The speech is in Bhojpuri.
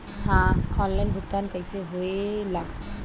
ऑनलाइन भुगतान कैसे होए ला?